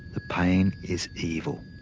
the pain is evil.